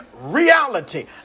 reality